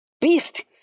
Beast